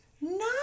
No